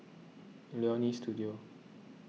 Leonie Studio